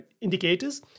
Indicators